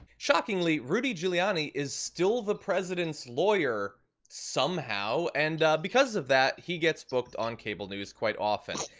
shockingly, rudy giuliani is still the president's lawyer somehow, and because of that he gets booked on cable news quite often.